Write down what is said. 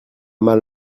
mal